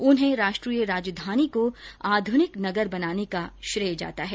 उन्हें राष्ट्रीय राजधानी को आध्निक नगर बनाने का श्रेय जाता है